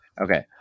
Okay